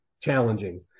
challenging